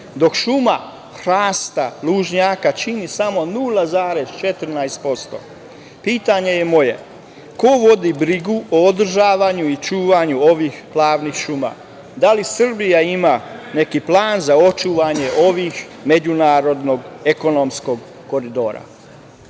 dok šuma hrasta, lužnjaka čini samo 0,14%.Pitanje moje je – ko vodi brigu o održavanju i čuvanju ovih plavnih šuma? Da li Srbija ima neki plan za očuvanje ovog međunarodnog ekološkog koridora?